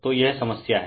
तो यह समस्या हैं